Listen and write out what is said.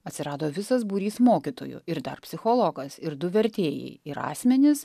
atsirado visas būrys mokytojų ir dar psichologas ir du vertėjai ir asmenys